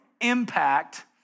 impact